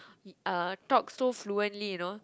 uh talk so fluently you know